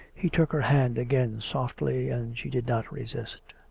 he took her hand again softly, and she did not resist.